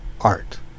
art